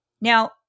Now